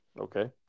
Okay